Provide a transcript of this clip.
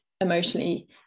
emotionally